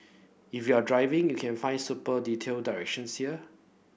if you're driving you can find super detailed directions here